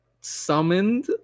summoned